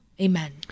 Amen